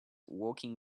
walking